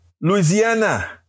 Louisiana